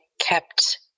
kept